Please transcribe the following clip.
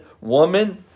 woman